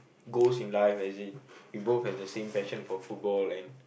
goals in life as in we both have the same passion for football and